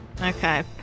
okay